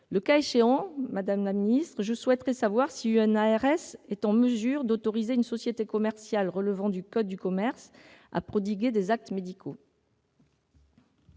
Le cas échéant, madame la ministre, je souhaiterais savoir si une ARS est en mesure d'autoriser une société commerciale relevant du code de commerce à prodiguer des actes médicaux.